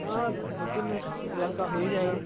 हाँ दो तीन हज़ार का हो ही जाएगा